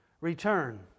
return